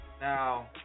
Now